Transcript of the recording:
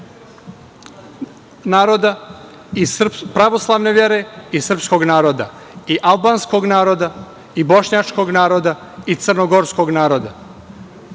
naroda, pravoslavne vere i srpskog naroda i albanskog naroda i bošnjačkog naroda i crnogorskog naroda.